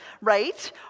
right